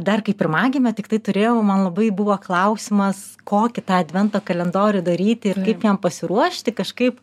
dar kaip pirmagimę tiktai turėjau man labai buvo klausimas kokį tą advento kalendorių daryti ir kaip jam pasiruošti kažkaip